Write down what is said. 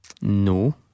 No